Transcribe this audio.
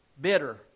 bitter